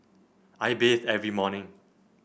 I bathe every morning